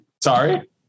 sorry